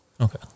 Okay